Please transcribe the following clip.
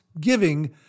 giving